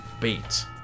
beat